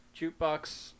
jukebox